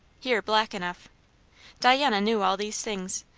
here black enough diana knew all these things,